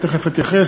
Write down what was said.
תכף אתייחס,